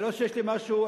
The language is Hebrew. לא שיש לי משהו,